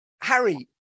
Harry